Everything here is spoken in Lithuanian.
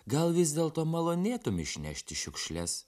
gal vis dėlto malonėtum išnešti šiukšles